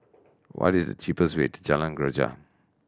what is the cheapest way to Jalan Greja